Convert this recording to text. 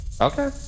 Okay